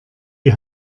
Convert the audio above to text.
die